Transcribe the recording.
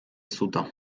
cuda